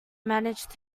managed